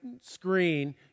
screen